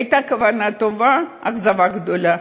הייתה כוונה טובה אכזבה גדולה.